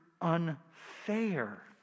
unfair